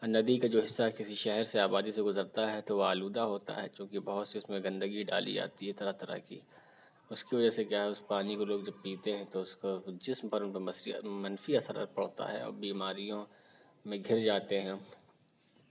ندی کا جو حصّہ کسی شہر سے آبادی سے گُزرتا ہے تو وہ آلودہ ہوتا ہے چونکہ بہت سی اُس میں گندگی ڈالی جاتی ہے طرح طرح کی اُس کی وجہ سے کیا ہے اُس پانی کو لوگ جب پیتے ہیں تو اُس کو جسم پر اُن کو منفی اثرات پڑتا ہے اور بیماریوں میں گِر جاتے ہیں